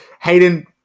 Hayden